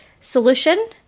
solution